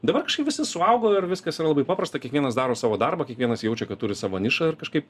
dabar kažkaip visi suaugo ir viskas yra labai paprasta kiekvienas daro savo darbą kiekvienas jaučia kad turi savo nišą ir kažkaip